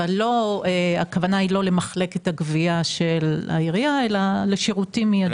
אבל אין הכוונה למחלקת הגבייה של העירייה אלא לשירותים מידיים.